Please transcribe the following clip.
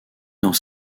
dans